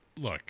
look